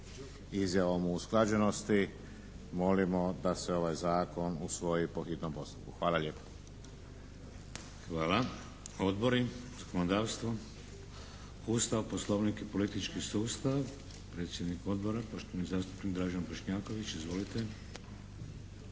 izjavom o usklađenosti molimo da se ovaj Zakon usvoji po hitnom postupku. Hvala lijepa. **Šeks, Vladimir (HDZ)** Hvala. Odbori? Zakonodavstvo, Ustav, Poslovnik i politički sustav? Predsjednik Odbora, poštovani zastupnik Dražen Bošnjaković. Izvolite.